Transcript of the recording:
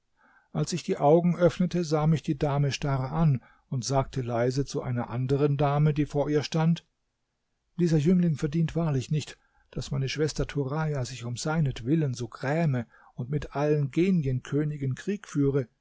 als ich die augen öffnete sah mich die dame starr an und sagte leise zu einer anderen dame die vor ihr stand dieser jüngling verdient wahrlich nicht daß meine schwester turaja sich um seinetwillen so gräme und mit allen genienkönigen krieg führe